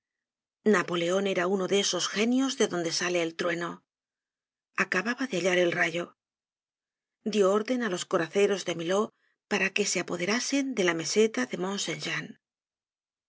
napoleon era uno de esos genios de donde sale el trueno acababa de hallar el rayo dió orden á los coraceros de milhaud para que se apoderasen de la meseta de